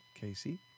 Casey